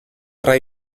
tra